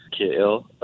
KL